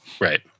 Right